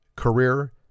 career